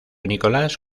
nicolás